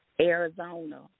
Arizona